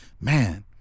Man